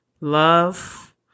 love